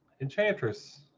Enchantress